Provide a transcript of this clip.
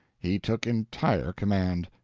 he took entire command.